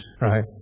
right